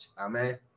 Amen